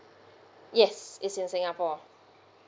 yes it's in singapore